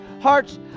Hearts